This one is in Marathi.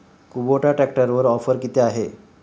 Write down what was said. कुबोटा ट्रॅक्टरवर ऑफर किती आहे?